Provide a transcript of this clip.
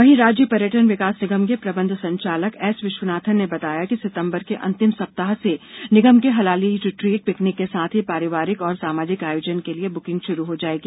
वहीं राज्य पर्यटन विकास निगम के प्रबंध संचालक एस विश्वनाथन ने बताया कि सितंबर के अंतिम सप्ताह से निगम के हलाली रिट्रीट पर पिकनीक के साथ ही पारिवारिक और सामाजिक आयोजन के लिए बुकिंग शुरू हो जायेगी